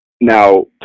Now